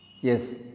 Yes